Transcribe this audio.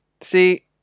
see